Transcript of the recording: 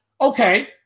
okay